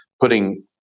putting